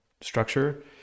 structure